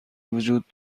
وجود